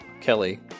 kelly